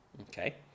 Okay